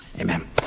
Amen